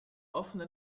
offenen